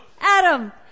Adam